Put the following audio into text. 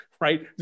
right